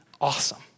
awesome